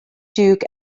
duke